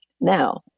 Now